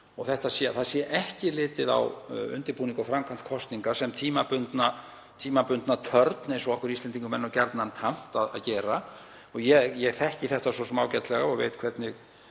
ekki sé litið á undirbúning og framkvæmd kosninga sem tímabundna törn eins og okkur Íslendingum er nú gjarnan tamt að gera. Ég þekki þetta svo sem ágætlega og veit hvernig